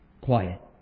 Quiet